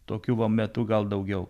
tokiu va metu gal daugiau